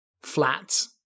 flat